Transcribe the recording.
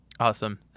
Awesome